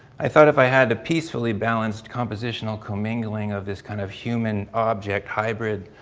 i thought if i had a peacefully balanced compositional commingling of this kind of human object hybrid,